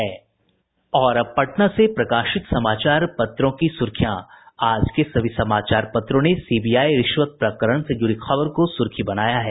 और अब पटना से प्रकाशित समाचार पत्रों की सुर्खियां आज के सभी समाचार पत्रों ने सीबीआई रिश्वत प्रकरण से जुड़ी खबर को सुर्खी बनाया है